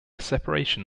separation